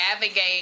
navigate